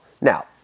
Now